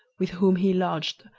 with whom he lodged,